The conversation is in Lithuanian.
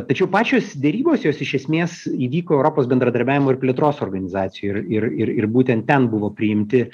tačiau pačios derybos jos iš esmės įvyko europos bendradarbiavimo ir plėtros organizacijoj ir ir ir būtent ten buvo priimti